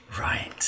Right